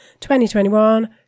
2021